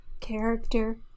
character